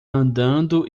andando